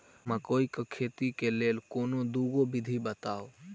मकई केँ खेती केँ लेल कोनो दुगो विधि बताऊ?